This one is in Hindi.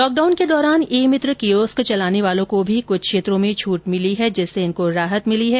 लॉक डाउन के दौरान ई मित्र कियोस्क चलाने वालों को भी क्छ क्षेत्रों में छूट मिली है जिससे इनको राहत मिली है